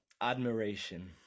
admiration